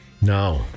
No